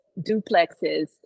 duplexes